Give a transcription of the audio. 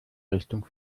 richtung